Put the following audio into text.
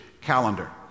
calendar